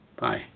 Bye